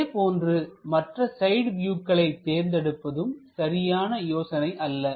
இதேபோன்று மற்ற சைடு வியூக்களை தேர்ந்தெடுப்பதும் சரியான யோசனை அல்ல